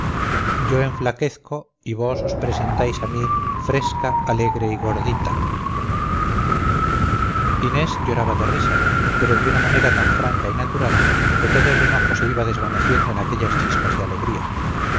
yo enflaquezco y vos os presentáis a mí fresca alegre y gordita inés lloraba de risa pero de una manera tan franca y natural que todo el enojo se iba desvaneciendo en aquellas chispas de alegría